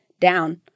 down